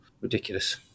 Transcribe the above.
ridiculous